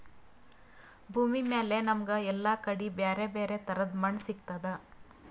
ಭೂಮಿಮ್ಯಾಲ್ ನಮ್ಗ್ ಎಲ್ಲಾ ಕಡಿ ಬ್ಯಾರೆ ಬ್ಯಾರೆ ತರದ್ ಮಣ್ಣ್ ಸಿಗ್ತದ್